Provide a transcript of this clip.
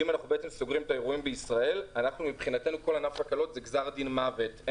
אם סוגרים את האירועים אז זה גם גזר דין מוות בשבילנו.